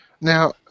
Now